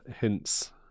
hints